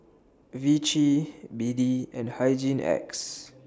Vichy B D and Hygin X